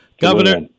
Governor